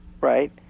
right